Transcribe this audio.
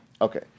Okay